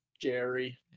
Jerry